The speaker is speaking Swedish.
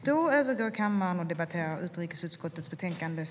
Fru talman!